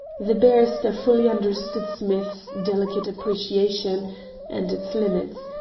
the barrister fully understood smith's delicate appreciation and its limits.